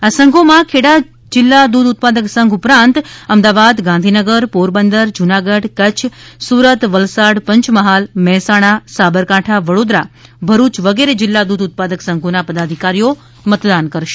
આ સંઘોમાં ખેડા જિલ્લા દૂધ ઉત્પાદક સંઘ ઉપરાંત અમદાવાદ ગાંધીનગર પોરબંદર જૂનાગઢ કચ્છ સુરત વલસાડ પંચમહાલ મહેસાણા સાબરકાંઠા વડોદરા ભરૂચ વગેરે જિલ્લા દૂધ ઉત્પાદક સંઘોના પદાધિકારીઓ મતદાન કરશે